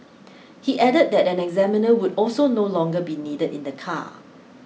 he added that an examiner would also no longer be needed in the car